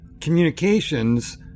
communications